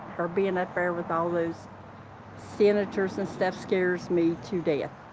her being up there with all those senators and stuff scares me to death.